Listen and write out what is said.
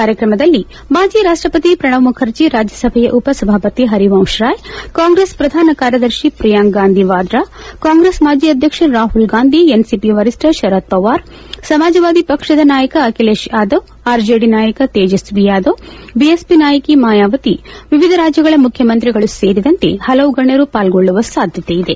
ಕಾರ್ಯಕ್ರಮದಲ್ಲಿ ಮಾಜಿ ರಾಷ್ಲಪತಿ ಪ್ರಣಬ್ ಮುಖರ್ಜಿ ರಾಜ್ಲಸಭೆ ಉಪ ಸಭಾಪತಿ ಹರಿವಂತ್ ರಾಯ್ ಕಾಂಗ್ರೆಸ್ ಪ್ರಧಾನ ಕಾರ್ಯದರ್ಶಿ ಪ್ರಿಯಾಂಕ ಗಾಂಧಿ ವಾದ್ರಾ ಕಾಂಗ್ರೆಸ್ ಮಾಜಿ ಅದ್ವಕ್ಷ ರಾಹುಲ್ ಗಾಂಧಿ ಎನ್ಸಿಪಿ ವರಿಷ್ಣ ಶರದ್ ಪವಾರ್ ಸಮಾಜವಾದಿ ಪಕ್ಷದ ನಾಯಕ ಅಖಿಲೇಶ್ ಯಾದವ್ ಆರ್ಜೆಡಿ ನಾಯಕ ತೇಜಸ್ನಿ ಯಾದವ್ ಬಿಎಸ್ಪಿ ನಾಯಕಿ ಮಾಯಾವತಿ ವಿವಿಧ ರಾಜ್ಯಗಳ ಮುಖ್ಯಮಂತ್ರಿಗಳು ಸೇರಿದಂತೆ ಹಲವು ಗಣ್ಣರು ಪಾರ್ಗೊಳ್ಳುವ ಸಾಧ್ಯತೆಯಿದೆ